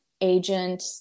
agent